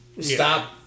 Stop